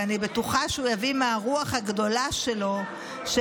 ואני בטוחה שהוא יביא מהרוח הגדולה שלו של